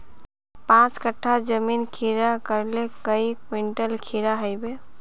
पाँच कट्ठा जमीन खीरा करले काई कुंटल खीरा हाँ बई?